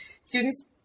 Students